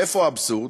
איפה האבסורד?